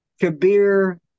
Kabir